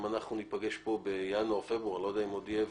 אם אנחנו נפגש פה בינואר-פברואר אני לא יודע אם עוד אהיה